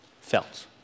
felt